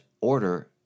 order